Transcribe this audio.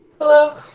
Hello